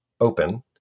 open